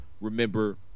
Remember